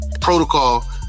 protocol